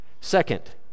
Second